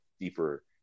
deeper